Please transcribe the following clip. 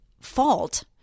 fault